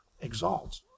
exalt